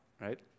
right